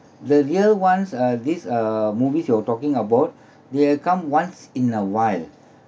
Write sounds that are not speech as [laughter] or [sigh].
the year once uh these uh movies you're talking about [breath] they come once in a while